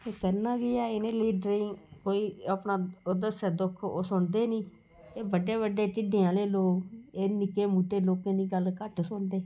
ते करना केह् ऐ इ'नें लीडरें गी कोई अपना ओह् दस्सै दुख ओह् सुनदे ही नेईं एह् बड्डे बड्डे ढिड्डे आह्लें लोक एह् निक्के मुटटे लोकें दी गल्ल घट्ट सुनदे